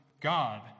God